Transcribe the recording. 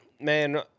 man